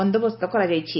ବନ୍ଦୋବସ୍ତ କରାଯାଇଛି